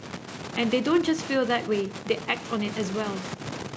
and they don't just feel that way they act on it as well